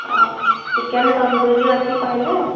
ଆ chicken tandoori ଅଛି କହିଲେ